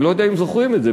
אני לא יודע אם זוכרים את זה.